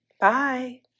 Bye